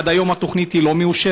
עד היום התוכנית לא מאושרת.